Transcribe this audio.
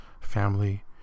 family